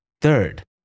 Third